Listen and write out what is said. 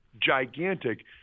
gigantic